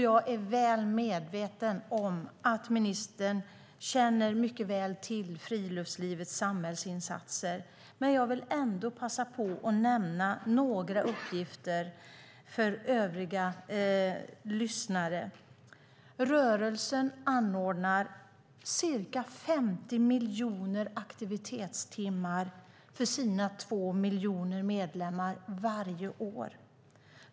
Jag är väl medveten om att ministern mycket väl känner till friluftsrörelsens samhällsinsatser, men jag vill ändå passa på att nämna några uppgifter för övriga lyssnare. Rörelsen anordnar ca 50 miljoner aktivitetstimmar för sina 2 miljoner medlemmar varje år.